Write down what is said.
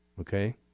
Okay